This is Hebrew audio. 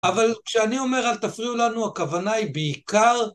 אבל כשאני אומר אל תפריעו לנו הכוונה היא בעיקר